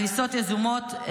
הריסות יזומות,